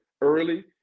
early